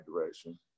direction